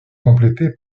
complété